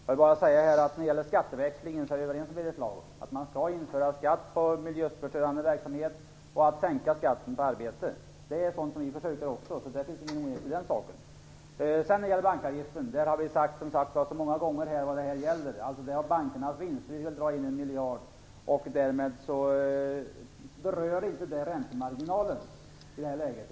Fru talman! När det gäller skatteväxlingen är vi, Birger Schlaug, överens om att skatt skall införas på miljöförstörande verksamhet och om att skatten på arbete skall sänkas. Det är sådant som vi också försöker oss på, så det finns ingen oenighet om den saken. I fråga om bankavgiften har vi många gånger sagt vad det gäller. Det är alltså från bankernas vinster som vi vill dra in 1 miljard kronor. Därmed berörs inte räntemarginaler i detta läge.